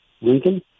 Lincoln